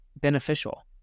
beneficial